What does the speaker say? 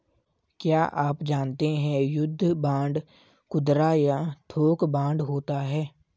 क्या आप जानते है युद्ध बांड खुदरा या थोक बांड होते है?